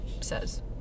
says